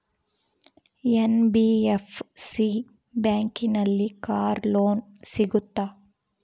NBFC ಬ್ಯಾಂಕಿನಲ್ಲಿ car loan ಸಿಗುತ್ತಾ?